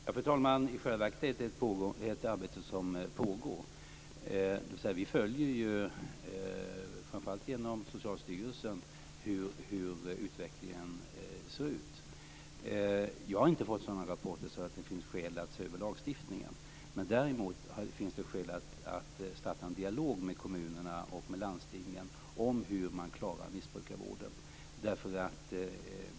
Fru talman! I själva verket är det ett arbete som pågår. Vi följer framför allt med hjälp av Socialstyrelsen hur utvecklingen ser ut. Jag har inte fått sådana rapporter som säger att det finns skäl att se över lagstiftningen. Däremot finns det skäl att starta en dialog med kommunerna och landstingen om hur missbrukarvården klaras av.